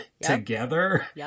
together